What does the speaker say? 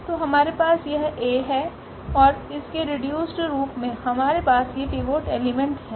तो हमारे पास यह𝐴है और इसके रीडयुस्ड रूप में हमारे पास ये पिवोट एलिमेंट हैं